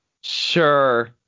Sure